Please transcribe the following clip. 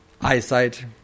eyesight